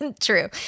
true